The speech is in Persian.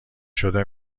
شده